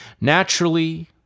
Naturally